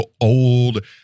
old